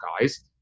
guys